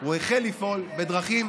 הוא החל לפעול בדרכים